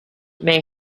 may